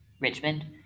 Richmond